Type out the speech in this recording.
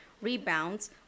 rebounds